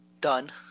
done